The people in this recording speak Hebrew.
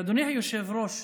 אדוני היושב-ראש,